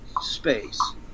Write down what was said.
space